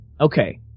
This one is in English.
Okay